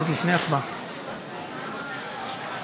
תוצאות ההצבעה: